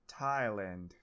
Thailand